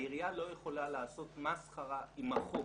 העירייה לא יכולה לעשות מסחרה עם החוק